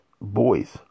boys